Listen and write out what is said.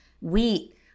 wheat